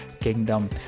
kingdom